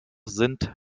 sind